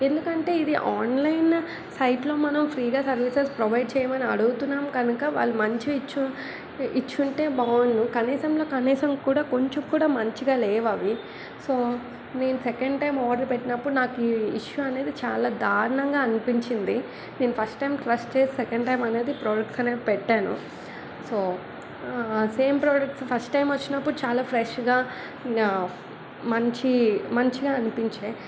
ఎందుకంటే ఇది ఆన్లైన్ సైట్లో మనం ఫ్రీగా సర్వీసెస్ ప్రొవైడ్ చేయమని అడుగుతున్నాం కనుక వాళ్ళు మంచివి ఇచ్చు ఇచ్చి ఉంటే బాగుండు కనీసంలో కనీసం కూడా కొంచెం కూడా మంచిగా లేవు అవి సో నేను సెకండ్ టైం ఆర్డర్ పెట్టినప్పుడు నాకు ఈ ఇష్యూ అనేది చాలా దారుణంగా అనిపించింది నేను ఫస్ట్ టైం ట్రస్ట్ చేసి సెకండ్ టైం అనేది ప్రొడక్ట్స్ అనేవి పెట్టాను so same products first time వచ్చినప్పుడు చాలా ఫ్రెష్గా మంచి మంచిగా అనిపించాయి